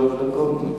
לרשותך שלוש דקות.